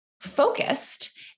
focused